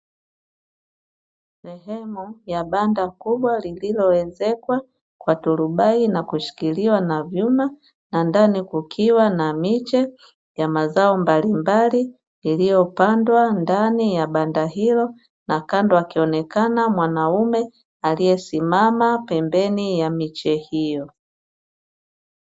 Sehemu ya banda kubwa lililoezekwa kwa turubai na kushikiliwa na vyuma, na ndani kukiwa na miche ya mazao mbalimbali, iliyopandwa ndani ya banda hilo na kando akionekana mwanaume aliyesimama pembeni ya miche hiyo.